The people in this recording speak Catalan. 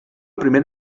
primer